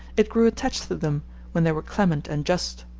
it grew attached to them when they were clement and just,